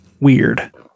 weird